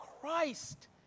Christ